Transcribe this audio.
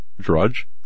Drudge